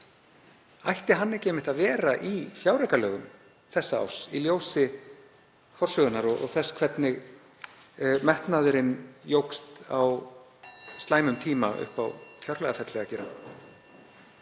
Ætti hann ekki einmitt að vera í fjáraukalögum þessa árs í ljósi forsögunnar og þess hvernig metnaðurinn jókst á slæmum tíma upp á fjárlagaferlið að gera?